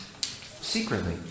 secretly